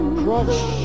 crush